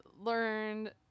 learned